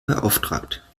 beauftragt